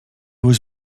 was